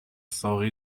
ساقی